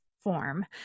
form